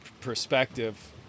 perspective